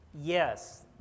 yes